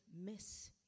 miss